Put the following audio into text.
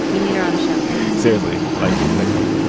we need her on the show seriously like next week.